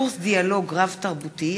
קורס דיאלוג רב-תרבותי,